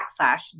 backslash